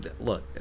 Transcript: Look